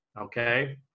okay